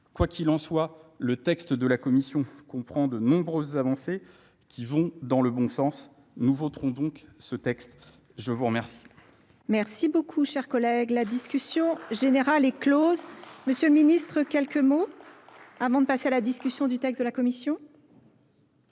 quoi qu'il en soit. le texte de la Commission comprend de nombreuses avancées qui vont dans le bon sens. Nous voterons donc ce texte, je vous merci beaucoup, chers collègues, la générale est close, M.. le Ministre, quelques mots avant de passer à la discussion du texte de la commission